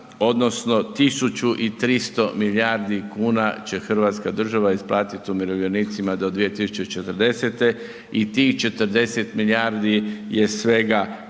odnosno 1.300 milijardi kuna će Hrvatska država isplatiti umirovljenicima do 2040. i tih 40 milijardi je svega